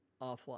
offline